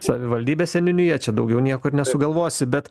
savivaldybė seniūnija čia daugiau nieko ir nesugalvosi bet